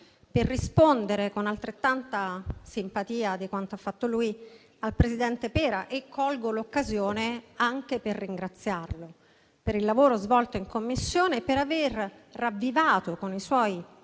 per rispondere con altrettanta simpatia al presidente Pera. Colgo l'occasione anche per ringraziarlo per il lavoro svolto in Commissione e per aver ravvivato con i suoi